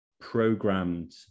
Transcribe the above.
programmed